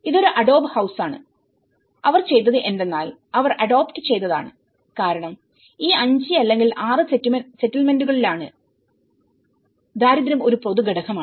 ഇതൊരു അഡോബ് ഹൌസാണ്അവർ ചെയ്തത് എന്തെന്നാൽ അവർ അഡോപ്റ്റ് ചെയ്തതാണ്കാരണം ഈ 5 അല്ലെങ്കിൽ 6 സെറ്റിൽമെന്റുകളിലാണ്ദാരിദ്ര്യം ഒരു പൊതു ഘടകമാണ്